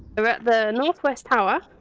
we're at the north west tower.